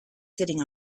sitting